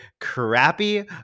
crappy